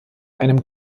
einem